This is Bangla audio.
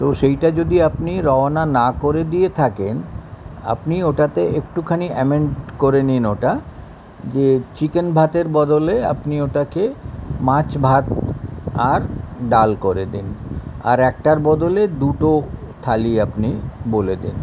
তো সেইটা যদি আপনি রওনা না করে দিয়ে থাকেন আপনি ওটাতে একটুখানি অ্যামেণ্ড করে নিন ওটা যে চিকেন ভাতের বদলে আপনি ওটাকে মাছ ভাত আর ডাল করে দিন আর একটার বদলে দুটো থালি আপনি বলে দিন